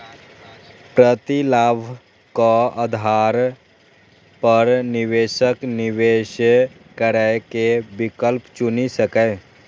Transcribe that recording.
प्रतिलाभक आधार पर निवेशक निवेश करै के विकल्प चुनि सकैए